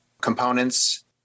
components